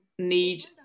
need